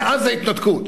מאז ההתנתקות,